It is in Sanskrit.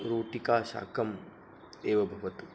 रोटिका शाकम् एव भवतु